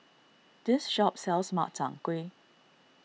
this shop sells Makchang Gui